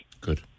Good